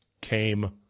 came